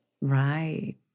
Right